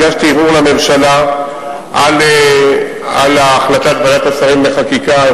הגשתי ערעור לממשלה על החלטת ועדת השרים לחקיקה.